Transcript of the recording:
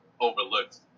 overlooked